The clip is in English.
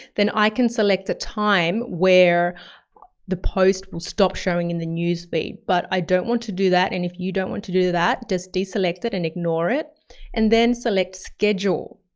then i can select a time where the post will stop showing in the newsfeed. but i don't want to do that. and if you don't want to do that, just de-select it and ignore it and then select, schedule.